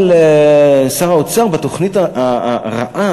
אבל שר האוצר בתוכנית הרעה,